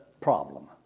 problem